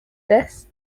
this